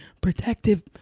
protective